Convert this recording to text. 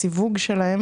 הסיווג שלהם